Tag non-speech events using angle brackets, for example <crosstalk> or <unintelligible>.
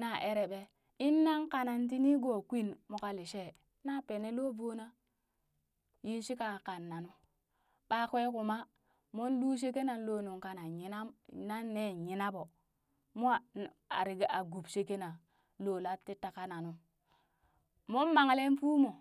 na eree ɓee in nan kanan ti nigoo kwin, mo ka lishee na pene loo vona yin shi kaa kannu, ɓakwee kuma mong luu sheke na loo nung kanan yina nan ne nyina ɓo, <unintelligible> a gub shekena lo la ti ta kaka na nu, mon mangle fuu mo.